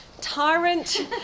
tyrant